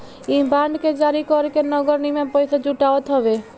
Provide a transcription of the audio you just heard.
इ बांड के जारी करके नगर निगम पईसा जुटावत हवे